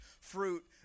fruit